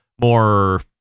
more